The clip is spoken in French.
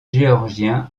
géorgien